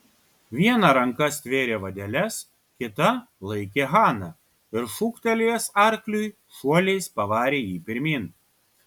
viena ranka stvėrė vadeles kita laikė haną ir šūktelėjęs arkliui šuoliais pavarė jį pirmyn